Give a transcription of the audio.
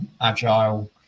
agile